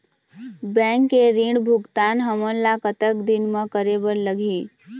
Bank के ऋण भुगतान हमन ला कतक दिन म करे बर लगही?